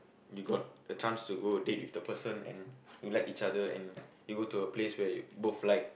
you got a chance to go a date with the person and you like each other and you go to a place where both like